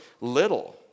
little